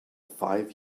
five